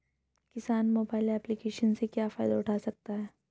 किसान mobile application से क्या फायदा उठा सकता है?